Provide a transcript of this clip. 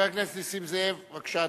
חבר הכנסת נסים זאב, בבקשה,